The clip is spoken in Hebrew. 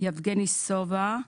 יבגני סובה,